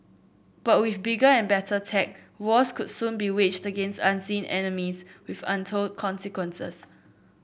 but with bigger and better tech wars could soon be waged against unseen enemies with untold consequences